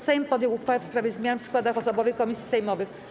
Sejm podjął uchwałę w sprawie zmian w składach osobowych komisji sejmowych.